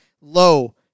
low